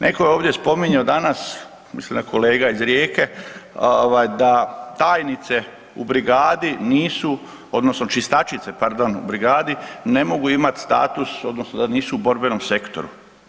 Neko je ovdje spominjao danas, mislim da kolega iz Rijeke, da tajnice u brigadi nisu, odnosno čistačice, pardon, u brigadi, ne mogu imat status, odnosno da nisu borbenog sektora.